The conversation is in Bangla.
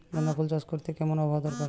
গাঁদাফুল চাষ করতে কেমন আবহাওয়া দরকার?